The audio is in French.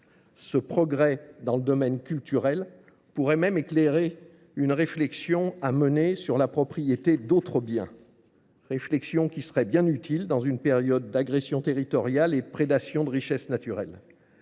Ce progrès dans le domaine culturel pourrait même éclairer une réflexion à mener sur la propriété d'autres biens. réflexion qui serait bien utile dans une période d'agression territoriale et prédation de richesses naturelles.